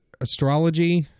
astrology